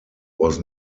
was